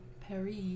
paris